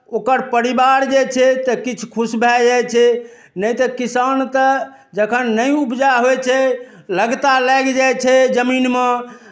ओकर परिवार जे छै तऽ किछु खुश भए जाइत छै नहि तऽ किसान तऽ जखन नहि उपजा होइ छै लगता लागि जाइ छै जमीनमे